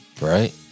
Right